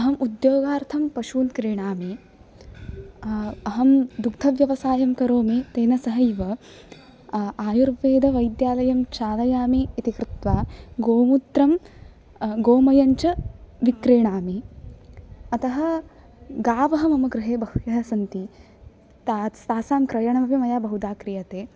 अहम् उद्योगार्थं पशून् क्रीणामि अहं दुग्ध व्यवसायं करोमि तेन सैव आयुर्वेद वैद्यालयं चालयामि इति कृत्वा गोमूत्रं गोमयं च विक्रीणामि अतः गावः मम गृहे बह्व्यः सन्ति तासाम् क्रयणमपि मया बहुधा क्रियते